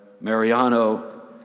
Mariano